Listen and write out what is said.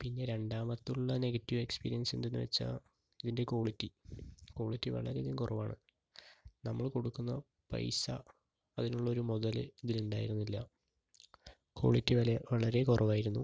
പിന്നെ രണ്ടാമതുള്ള negative experience എന്തെന്ന് വെച്ചാൽ ഇതിൻ്റെ ക്വാളിറ്റി ക്വാളിറ്റി വളരെയധികം കുറവാണ് നമ്മള് കൊടുക്കുന്ന പൈസ അതിനുള്ള ഒരു മുതല് ഇതിലുണ്ടായിരുന്നില്ല ക്വാളിറ്റി വളരെ കുറവായിരുന്നു